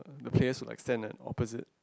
the players will like stand at opposite